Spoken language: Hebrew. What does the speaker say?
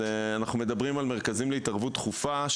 אנחנו מדברים על מרכזים להתערבות דחופה,